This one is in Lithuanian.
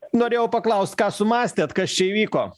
norėjau paklaust ką sumąstėt kas čia įvyko